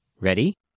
Ready